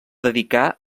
dedicà